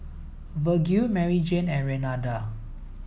Virgil Maryjane and Renada